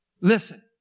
Listen